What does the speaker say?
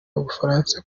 ubufaransa